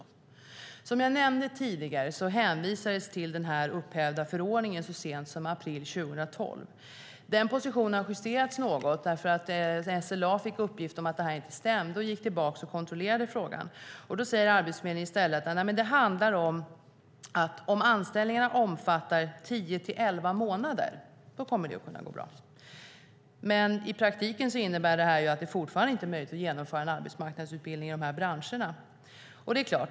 Som jag nämnde tidigare hänvisades det till den upphävda förordningen så sent som i april 2012. Den positionen justerats något, eftersom SLA fick uppgift om att det här inte stämde och gick tillbaka och kontrollerade frågan. Då säger Arbetsförmedlingen i stället att om det handlar om anställningar som omfattar tio elva månader så kommer det att kunna gå bra. Detta innebär i praktiken att det fortfarande inte är möjligt att genomföra en arbetsmarknadsutbildning i de här branscherna.